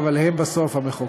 ממשלה, אבל הם בסוף המחוקק.